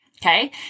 Okay